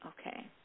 Okay